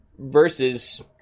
versus